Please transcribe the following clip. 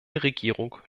regierung